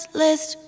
list